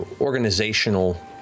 organizational